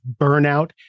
burnout